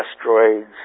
asteroids